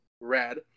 red